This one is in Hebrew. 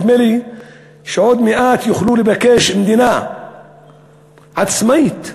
נדמה לי שעוד מעט הם יוכלו לבקש מדינה עצמאית כי,